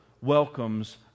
welcomes